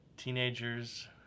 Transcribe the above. Teenagers